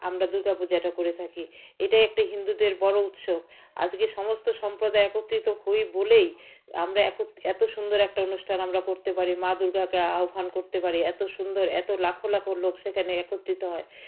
আমরা দুর্গাপূজাটা করে থাকি এটাই একটা হিন্দুদের বড়ো উৎসব আজকে সমস্ত সম্প্রদায় একত্রিত হই বলেই আমরা এত সুন্দর একটা অনুষ্ঠান আমরা করতে পারি মা দুর্গাকে আহ্বান করতে পারি এত সুন্দর এত লাখো লাখো লোক সেখানে একত্রিত হয়